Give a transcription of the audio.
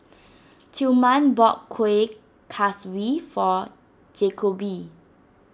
Tilman bought Kuih Kaswi for Jakobe